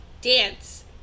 dance